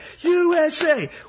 USA